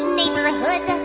neighborhood